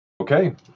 Okay